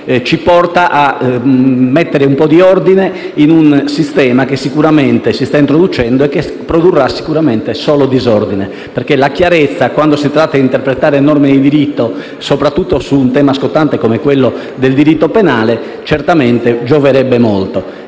ci porta a mettere un po' di ordine in un sistema che si sta introducendo e che produrrà sicuramente solo disordine. La chiarezza, quando si tratta di interpretare norme di diritto, soprattutto su un tema scottante come quello del diritto penale, certamente gioverebbe molto.